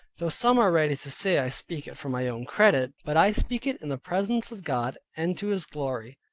though some are ready to say i speak it for my own credit but i speak it in the presence of god, and to his glory.